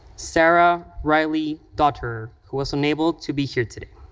sara riley dotterer, who was unable to be here today.